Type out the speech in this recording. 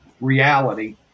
reality